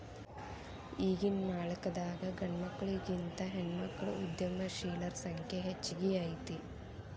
ಈಗಿನ್ಕಾಲದಾಗ್ ಗಂಡ್ಮಕ್ಳಿಗಿಂತಾ ಹೆಣ್ಮಕ್ಳ ಉದ್ಯಮಶೇಲರ ಸಂಖ್ಯೆ ಹೆಚ್ಗಿ ಐತಿ